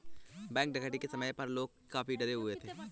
bank डकैती के समय पर लोग काफी डरे हुए थे